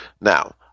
Now